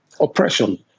oppression